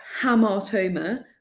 hamartoma